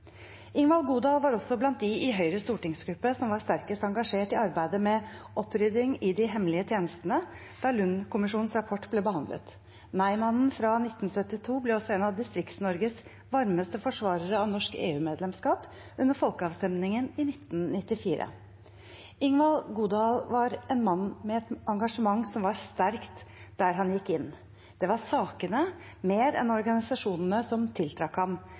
Ingvald Godal var også blant de i Høyres stortingsgruppe som var sterkest engasjert i arbeidet med opprydding i de hemmelige tjenestene da Lund-kommisjonens rapport ble behandlet. Nei-mannen fra 1972 ble også en av Distrikts-Norges varmeste forsvarere av norsk EU-medlemskap under folkeavstemningen i 1994. Ingvald Godal var en mann med et engasjement som var sterkt der han gikk inn. Det var sakene mer enn organisasjonene som tiltrakk ham.